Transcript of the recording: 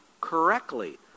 correctly